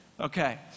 okay